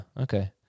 okay